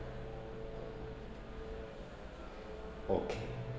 okay